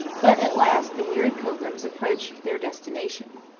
but at last the weary pilgrims approached their destination.